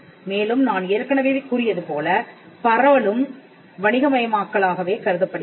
மேலும் நான் ஏற்கனவே கூறியது போலப் பரவலும் வணிகமயமாக்கலாகவே கருதப்படுகிறது